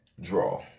Draw